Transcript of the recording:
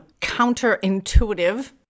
counterintuitive